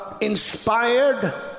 inspired